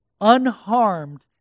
unharmed